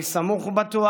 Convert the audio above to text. אני סמוך ובטוח